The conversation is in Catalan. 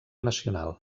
nacional